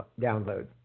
download